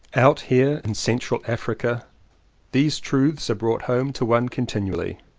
out here in central africa these truths are brought home to one continually.